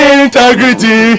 integrity